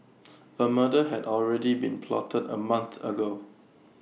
A murder had already been plotted A month ago